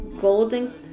golden